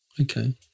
Okay